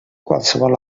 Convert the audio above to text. qualsevol